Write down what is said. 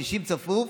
60 צפוף,